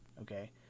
okay